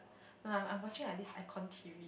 like I'm watching like this icon T_V